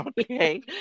Okay